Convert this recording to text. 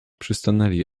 przystanęli